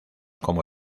como